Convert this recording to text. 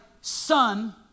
son